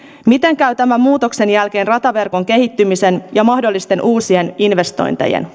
miten käy tämän muutoksen jälkeen rataverkon kehittymisen ja mahdollisten uusien investointien